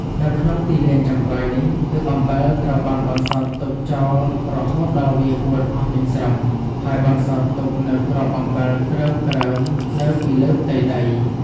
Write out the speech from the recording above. នៅក្នុងទីលានចុងក្រោយនេះ ទឹកប្រៃត្រូវបានបន្សល់ទុកចោលរហូតដល់វាហួតអស់ទាំងស្រុង ហើយបន្សល់ទុកនូវគ្រាប់អំបិលគ្រើមៗនៅពីលើផ្ទៃដី។